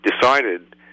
decided